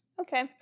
Okay